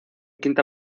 quinta